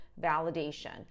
validation